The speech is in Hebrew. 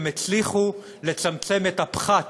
ייאמר שהם הצליחו לצמצם את הפחת